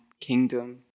kingdom